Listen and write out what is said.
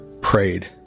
prayed